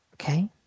Okay